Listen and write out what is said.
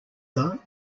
though